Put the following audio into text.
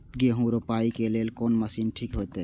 गेहूं रोपाई के लेल कोन मशीन ठीक होते?